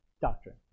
doctrine